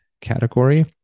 category